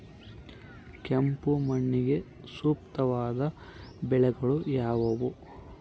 ಕೆಂಪು ಮಣ್ಣಿಗೆ ಸೂಕ್ತವಾದ ಬೆಳೆಗಳು ಯಾವುವು?